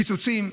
קיצוצים,